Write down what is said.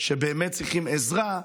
שבאמת צריכים עזרה,